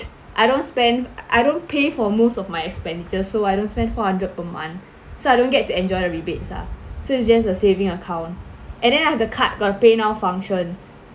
I don't spend I don't pay for most of my expenditures so I don't spend four hundred per month so I don't get to enjoy the rebates lah so it's just a saving account and then I have the card got a paynow function